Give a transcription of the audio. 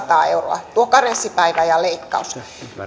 työskentelevän ihmisen vuosipalkasta tuo karenssipäivä leikkaa seitsemänsataa euroa